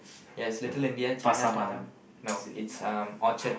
yes Little-India Chinatown no it's um Orchard